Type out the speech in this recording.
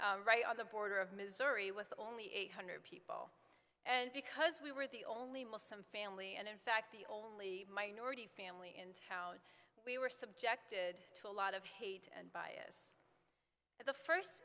right on the border of missouri with only eight hundred people and because we were the only muslim family and in fact the only minority family in town we were subjected to a lot of hate and bias the first